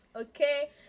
Okay